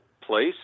place